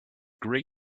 grey